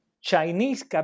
Chinese